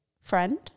friend